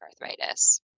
arthritis